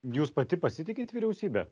jūs pati pasitikit vyriausybe